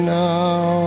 now